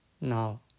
Now